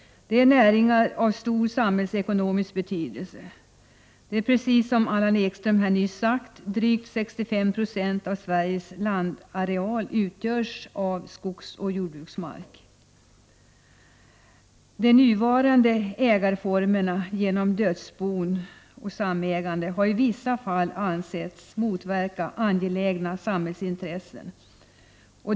Det är näringar av stor samhällsekonomisk betydelse. Precis som Allan Ekström nyss har sagt utgörs drygt 65 96 av Sveriges landareal av skogsoch jordbruksmark. De nuvarande ägarformerna, genom dödsbon och samägande, har i vissa fall ansetts motverka angelägna samhällsintressen.